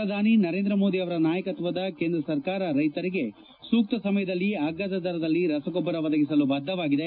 ಪ್ರಧಾನಿ ನರೇಂದ್ರ ಮೋದಿ ಅವರ ನಾಯಕತ್ವದ ಕೇಂದ್ರ ಸರ್ಕಾರ ರೈತರಿಗೆ ಸೂಕ್ತ ಸಮಯದಲ್ಲಿ ಅಗ್ಗದ ದರದಲ್ಲಿ ರಸಗೊಬ್ಲರ ಒದಗಿಸಲು ಬದ್ದವಾಗಿದೆ